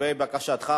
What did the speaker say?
לגבי בקשתך,